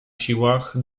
siłach